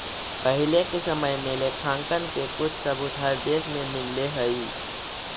पहिले के समय में लेखांकन के कुछ सबूत हर देश में मिलले हई